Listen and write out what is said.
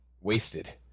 wasted